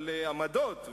על עמדות,